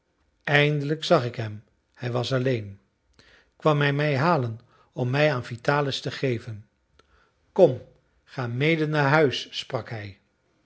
eindelijk zag ik hem hij was alleen kwam hij mij halen om mij aan vitalis te geven kom ga mede naar huis sprak hij